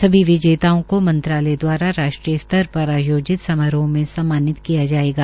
सभी विजेताओं को मंत्रालय द्वारा राष्ट्रीय स्तर पर आयोजित समारोह में सम्मानित किया जायेगा